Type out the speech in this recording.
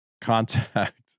contact